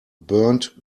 burnt